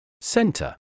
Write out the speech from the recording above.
center